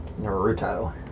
Naruto